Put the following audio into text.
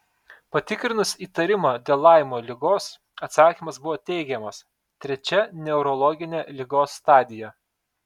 patikrinus įtarimą dėl laimo ligos atsakymas buvo teigiamas trečia neurologinė ligos stadija